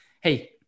Hey